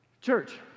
Church